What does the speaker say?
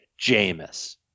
Jameis